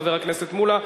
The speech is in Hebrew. חבר הכנסת מולה.